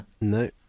No